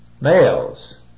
males